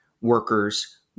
workers